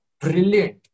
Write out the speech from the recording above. brilliant